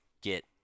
get